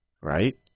right